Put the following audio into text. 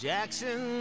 Jackson